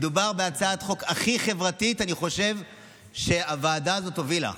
אני חושב שמדובר בהצעת החוק הכי חברתית שהוועדה הזאת הובילה.